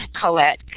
Colette